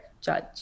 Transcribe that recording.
judge